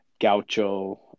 gaucho